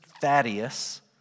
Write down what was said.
Thaddeus